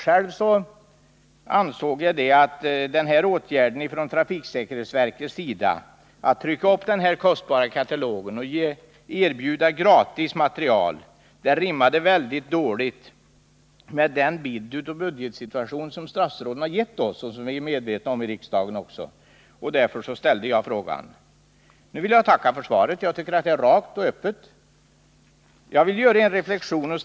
Själv ansåg jag att åtgärden från trafiksäkerhetsverkets sida att trycka upp denna kostsamma katalog och erbjuda material gratis rimmade väldigt dåligt med den bild av budgetsituationen som statsråden gett oss och som vi i riksdagen är medvetna om. Därför ställde jag min fråga. Nu tackar jag för svaret. Jag tycker att det är rakt och öppet. Jag vill göra en reflexion.